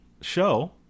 show